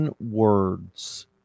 words